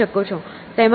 તેમાંના કેટલાક 0